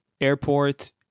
airport